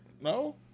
No